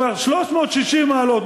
360 מעלות,